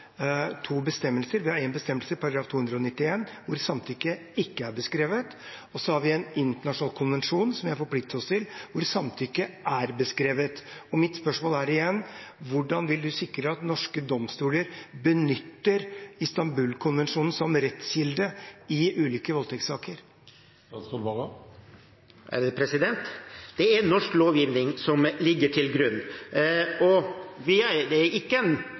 to bestemmelser. Vi har en bestemmelse i § 291, hvor samtykke ikke er beskrevet, og så har vi en internasjonal konvensjon som vi har forpliktet oss til, hvor samtykke er beskrevet. Mitt spørsmål er igjen: Hvordan vil statsråden sikre at norske domstoler benytter Istanbul-konvensjonen som rettskilde i ulike voldtektssaker? Det er norsk lovgivning som ligger til grunn. Det er ikke en